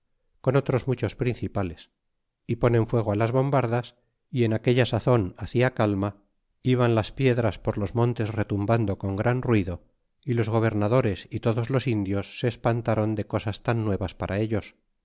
con otros muchos principales y ponen fuego las bombardas y en aquella sazon hacia calma iban las piedras por los montes retumbando con gran ruido y los gobernadores y todos los indios se espantron de cosas tan nuevas para ellos